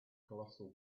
colossal